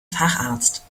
facharzt